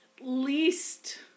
least